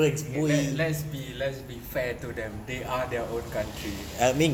okay let's be let's be fair to them they are their own country